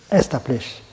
established